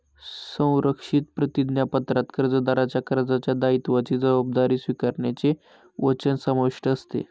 संरक्षित प्रतिज्ञापत्रात कर्जदाराच्या कर्जाच्या दायित्वाची जबाबदारी स्वीकारण्याचे वचन समाविष्ट असते